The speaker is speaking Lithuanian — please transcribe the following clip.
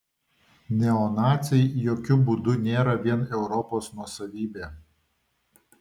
neonaciai jokiu būdu nėra vien europos nuosavybė